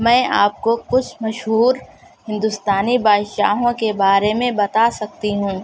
میں آپ کو کچھ مشہور ہندوستانی بادشاہوں کے بارے میں بتا سکتی ہوں